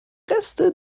reste